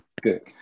Good